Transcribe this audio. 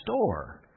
store